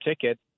ticket